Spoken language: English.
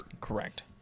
Correct